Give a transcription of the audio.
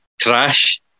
Trash